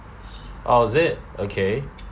oh is it okay